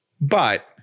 But-